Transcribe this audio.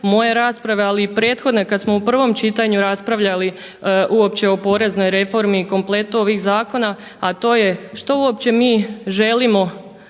moje rasprave, ali i prethodne kad smo u prvom čitanju raspravljali uopće o poreznoj reformi, kompletu ovih zakona, a to je što uopće mi želimo